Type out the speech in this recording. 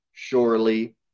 Surely